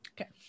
Okay